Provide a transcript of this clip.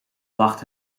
lacht